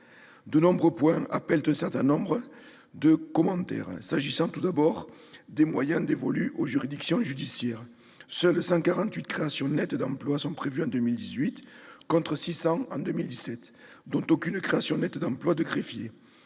de nombreux points appellent un certain nombre de commentaires. S'agissant tout d'abord des moyens dévolus aux juridictions judiciaires, seules 148 créations nettes d'emplois sont prévues en 2018, contre 600 en 2017, dont aucune création nette d'emploi de greffier.